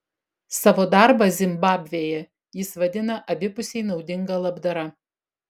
savo darbą zimbabvėje jis vadina abipusiai naudinga labdara